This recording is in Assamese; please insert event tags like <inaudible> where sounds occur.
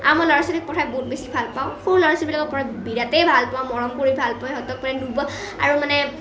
আৰু মই ল'ৰা ছোৱালীক পঢ়াই বহুত বেছি ভাল পাওঁ সৰু ল'ৰা ছোৱালীবিলাকক পঢ়াই বিৰাটেই ভাল পাওঁ মৰম কৰি ভাল পাওঁ সিহঁতক মানে <unintelligible> আৰু মানে